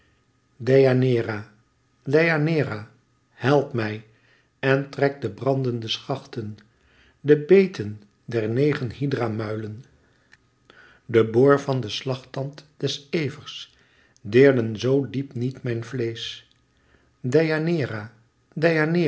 deianeira help mij en trek de brandende schachten de beten der negen hydra muilen de boor van den slagtand des evers deerden zoo diep niet mijn vleesch